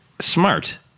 smart